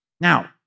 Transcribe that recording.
Now